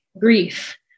grief